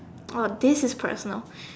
oh this is personal